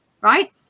right